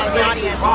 the audience,